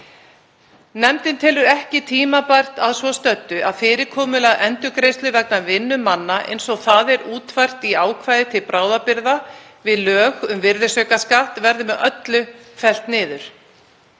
Nefndin telur ekki tímabært að svo stöddu að fyrirkomulag endurgreiðslu virðisaukaskatts vegna vinnu manna eins og það er útfært í ákvæði til bráðabirgða við lög um virðisaukaskatt verði með öllu fellt niður.